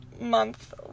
month